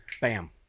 bam